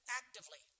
actively